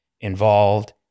involved